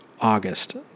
August